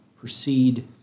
proceed